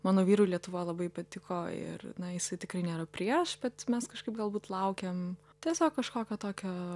mano vyrui lietuva labai patiko ir na jisai tikrai nėra prieš bet mes kažkaip galbūt laukiam tiesiog kažkokio tokio